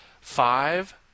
Five